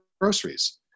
groceries